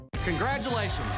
Congratulations